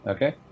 Okay